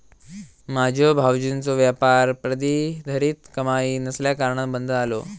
माझ्यो भावजींचो व्यापार प्रतिधरीत कमाई नसल्याकारणान बंद झालो